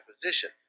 position